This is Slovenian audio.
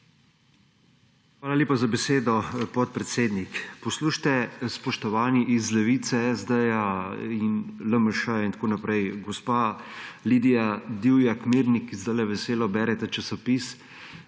Hvala lepa za besedo, podpredsednik. Poslušajte, spoštovani iz Levice, SD in LMŠ in tako naprej, gospa Lidija Divjak Mirnik, zdajle veselo berete časopis